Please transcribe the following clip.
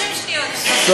30 שניות, מבטיחה לכם.